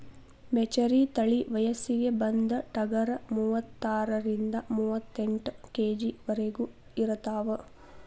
ಮೆಚರಿ ತಳಿ ವಯಸ್ಸಿಗೆ ಬಂದ ಟಗರ ಮೂವತ್ತಾರರಿಂದ ಮೂವತ್ತೆಂಟ ಕೆ.ಜಿ ವರೆಗು ಇರತಾವ